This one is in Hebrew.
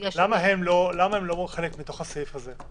למה הם לא חלק מהסעיף הזה?